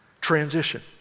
transition